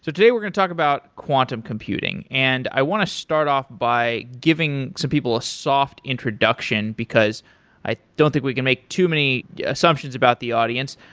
today we're going to talk about quantum computing, and i want to start off by giving some people a soft introduction because i don't think we can make too many assumptions about the audience.